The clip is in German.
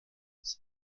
des